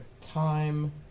time